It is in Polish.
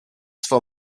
swą